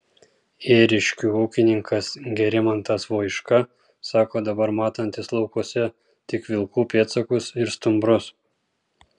ėriškių ūkininkas gerimantas voiška sako dabar matantis laukuose tik vilkų pėdsakus ir stumbrus